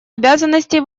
обязанностей